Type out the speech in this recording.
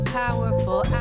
powerful